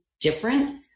different